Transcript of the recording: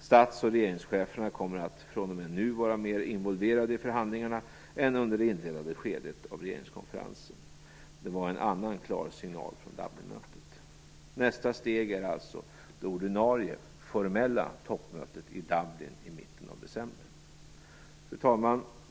Stats och regeringscheferna kommer att fr.o.m. nu vara mer involverade i förhandlingarna än under det inledande skedet av regeringskonferensen. Det var en annan klar signal från Nästa steg är alltså det ordinarie, formella, toppmötet i Dublin i mitten av december. Fru talman!